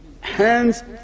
hands